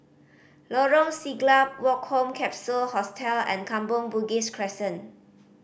Lorong Siglap Woke Home Capsule Hostel and Kampong Bugis Crescent